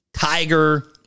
Tiger